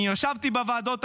אני ישבתי בוועדות,